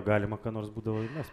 galima ką nors būdavo įmest